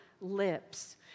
lips